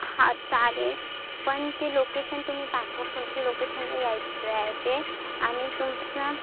हां चालेल पण ते लोकेशन तुम्ही पाठवा कोणच्या लोकेशनला यायचं आहे ते आणि तुमचं